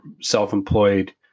self-employed